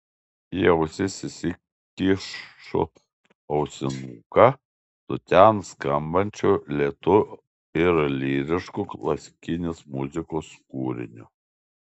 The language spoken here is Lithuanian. į ausis įsikišu ausinuką su ten skambančių lėtu ir lyrišku klasikinės muzikos kūriniu